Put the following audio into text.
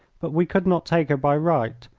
but we could not take her by right,